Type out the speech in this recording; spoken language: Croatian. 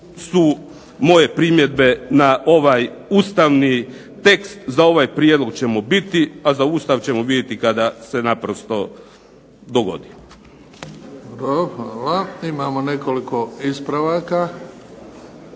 su moje primjedbe na ovaj ustavni tekst. Za ovaj prijedlog ćemo biti, a za Ustav ćemo vidjeti kada se naprosto dogodi.